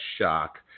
shock